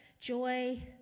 joy